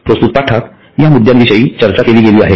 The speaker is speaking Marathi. प्रस्तुत पाठात या मुद्द्यांविषयी चर्चा केली गेली आहे